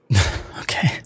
Okay